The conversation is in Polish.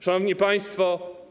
Szanowni Państwo!